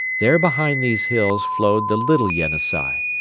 there behind these hills flowed the little yenisei,